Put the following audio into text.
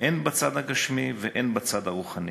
הן בצד הגשמי והן בצד הרוחני.